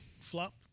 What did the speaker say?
flop